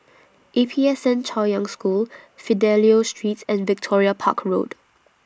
A P S N Chaoyang School Fidelio Street and Victoria Park Road